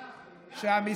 אה,